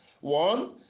One